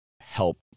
help